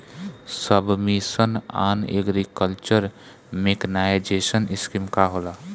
सब mission on agriculture mechanisation scheme का होला?